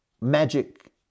magic